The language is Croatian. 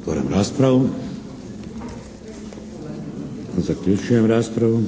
Otvaram raspravu. Zaključujem raspravu.